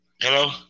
Hello